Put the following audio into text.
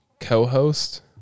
co-host